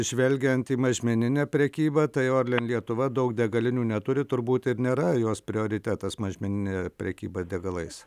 žvelgiant į mažmeninę prekybą tai orlen lietuva daug degalinių neturi turbūt ir nėra jos prioritetas mažmeninė prekyba degalais